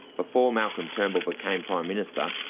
before malcom turnbull became prime minister,